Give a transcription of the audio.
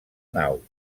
nau